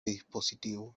dispositivo